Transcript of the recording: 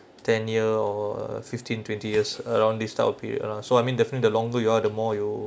ten year or fifteen twenty years around this type of period around so I mean definitely the longer you are the more you